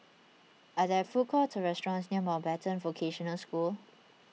are there food courts or restaurants near Mountbatten Vocational School